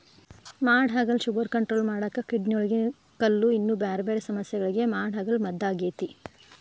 ಮಾಡಹಾಗಲ sugar control ಮಾಡಾಕ, ಕಿಡ್ನಿಯೊಳಗ ಕಲ್ಲು, ಇನ್ನೂ ಬ್ಯಾರ್ಬ್ಯಾರೇ ಸಮಸ್ಯಗಳಿಗೆ ಮಾಡಹಾಗಲ ಮದ್ದಾಗೇತಿ